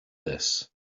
this